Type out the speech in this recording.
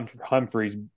Humphreys